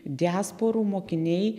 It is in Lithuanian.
diasporų mokiniai